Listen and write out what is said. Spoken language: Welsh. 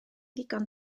ddigon